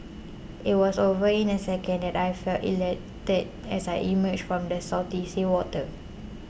it was over in a second and I felt elated as I emerged from the salty seawater